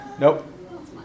Nope